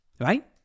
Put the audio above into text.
Right